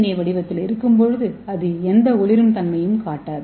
ஏ வடிவத்தில் இருக்கும்போது அது எந்த ஒளிரும் தன்மையையும் காட்டாது